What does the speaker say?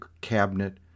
cabinet